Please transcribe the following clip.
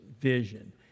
vision